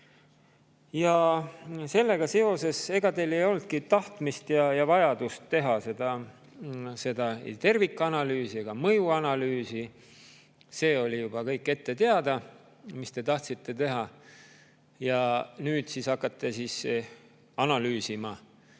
Ja sellega seoses, ega teil ei olnudki tahtmist ja vajadust teha ei tervikanalüüsi ega mõjuanalüüsi. See oli kõik ette teada, mida te tahtsite teha. Ja nüüd siis hakkate analüüsima